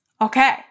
Okay